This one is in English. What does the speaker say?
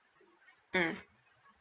mm